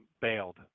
bailed